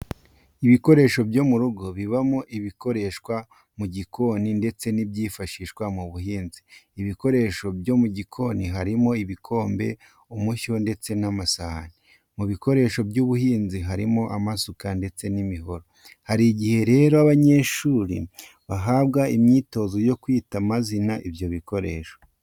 Ibikoresho byo mu rugo bibamo ibikoreshwa mu gikoni ndetse n'ibyifashishwa mu buhinzi. Ibikoresho byo mu gikoni harimo ibikombe, umushyo ndetse n'amasahani. Mu bikoresho by'ubuhinzi harimo amasuka ndetse n'imihoro. Hari igihe rero abanyeshuri bahabwa imyitozo yo kwita amazina ibyo bikoresho.